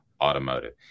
Automotive